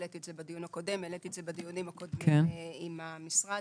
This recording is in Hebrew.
העליתי את זה בדיון הקודם והעליתי את זה גם בדיונים הקודמים עם המשרד.